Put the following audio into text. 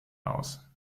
aus